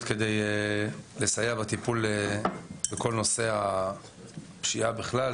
כדי לסייע בטיפול בכל נושא הפשיעה בכלל,